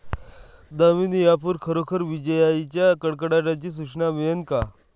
Damini app वर खरोखर विजाइच्या कडकडाटाची सूचना मिळन का?